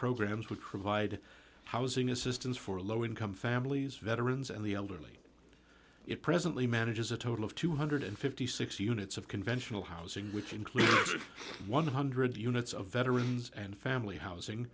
programs would provide housing assistance for low income families veterans and the elderly it presently manages a total of two hundred and fifty six dollars units of conventional housing which includes one hundred dollars units of veterans and family housing